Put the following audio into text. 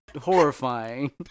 horrifying